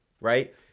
right